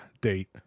date